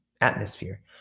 atmosphere